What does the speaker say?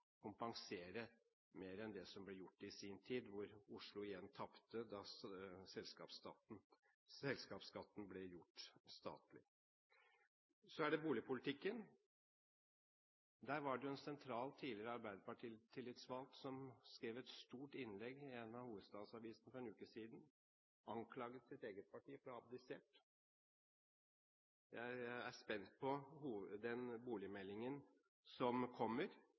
kompensere mer enn det som ble gjort i sin tid, da Oslo igjen tapte da selskapsskatten ble gjort statlig? Så er det boligpolitikken. En sentral tidligere Arbeiderparti-tillitsvalgt skrev et stort innlegg i en av hovedstadsavisene for en uke siden og anklaget sitt eget parti for å ha abdisert. Jeg er spent på den boligmeldingen som kommer.